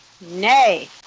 Nay